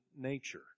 nature